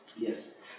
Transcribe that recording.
Yes